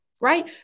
Right